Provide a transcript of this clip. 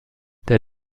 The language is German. der